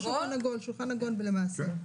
כמו שולחן עגול למעשה.